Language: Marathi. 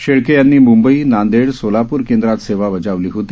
शेळके यांनी मुंबई नांदेड सोलाप्र केंद्रात सेवा बजावली होती